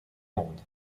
monde